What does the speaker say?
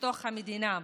בתוך המדינה,